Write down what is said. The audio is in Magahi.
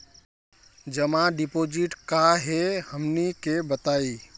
जमा डिपोजिट का हे हमनी के बताई?